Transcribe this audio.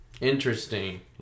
Interesting